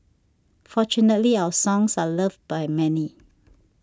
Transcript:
fortunately our songs are loved by many